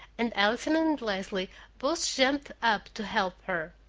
and allison and leslie both jumped up to help her.